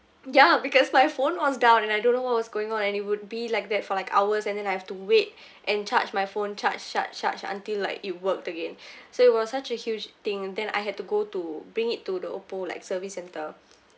ya because my phone was down and I don't know what was going on and it would be like that for like hours and then I have to wait and charge my phone charge charge charge until like it worked again so it was such a huge thing then I had to go to bring it to the Oppo like service centre